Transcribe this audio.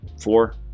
four